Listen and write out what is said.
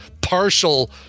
partial